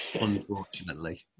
unfortunately